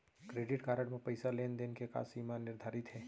Credit card म पइसा लेन देन के का सीमा निर्धारित हे?